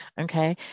Okay